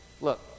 look